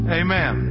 amen